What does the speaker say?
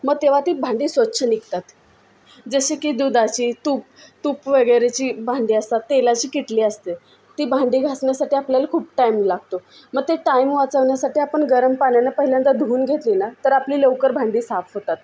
मग तेव्हा ती भांडी स्वछ निघतात जसं की दुधाची तूप तूप वगैरेची भांडी असतात तेलाची किटली असते ती भांडी घासण्यासाठी आपल्याला खूप टाइम लागतो मग ते टाइम वाचवण्यासाठी आपण गरम पाण्यानं पहिल्यांदा धुऊन घेतली ना तर आपली लवकर भांडी साफ होतात